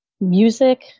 music